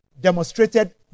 demonstrated